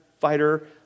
fighter